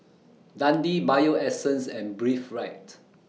Dundee Bio Essence and Breathe Right